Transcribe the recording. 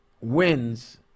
wins